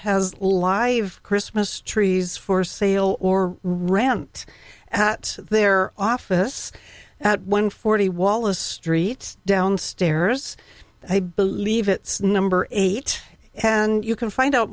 t live christmas trees for sale or rant at their office at one forty wallace street downstairs i believe it's number eight and you can find out